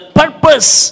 purpose